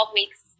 weeks